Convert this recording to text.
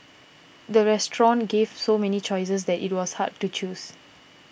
the restaurant gave so many choices that it was hard to choose